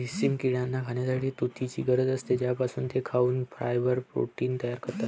रेशीम किड्यांना खाण्यासाठी तुतीची गरज असते, ज्यापासून ते खाऊन फायब्रोइन प्रोटीन तयार करतात